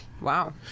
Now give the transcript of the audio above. Wow